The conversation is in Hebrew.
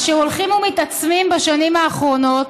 והם הולכים ומתעצמים בשנים האחרונות,